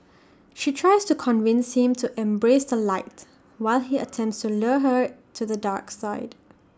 she tries to convince him to embrace the light while he attempts to lure her to the dark side